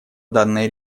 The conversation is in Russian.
данной